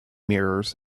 mirrors